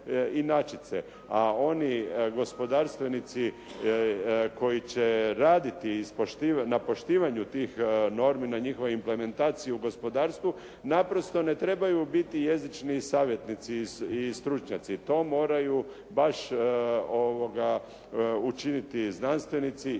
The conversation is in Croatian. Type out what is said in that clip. a oni gospodarstvenici koji će raditi na poštivanju tih normi, na njihovoj implementaciji u gospodarstvu naprosto ne trebaju biti jezični savjetnici i stručnjaci, to moraju baš učiniti znanstvenici i